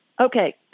okay